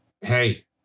hey